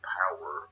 power